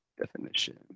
definition